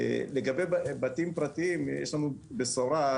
לגבי בתים פרטיים, יש לנו בשורה.